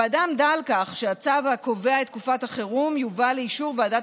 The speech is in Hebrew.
הוועדה עמדה על כך שהצו הקובע את תקופת החירום יובא לאישור ועדת